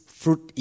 fruit